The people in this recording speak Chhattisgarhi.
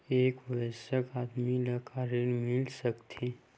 एक वयस्क आदमी ला का ऋण मिल सकथे?